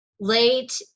Late